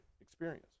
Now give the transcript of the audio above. experience